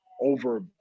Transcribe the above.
over